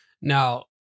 Now